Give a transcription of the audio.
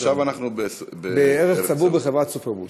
עכשיו אנחנו בערך צבור בחברת סופרבוס: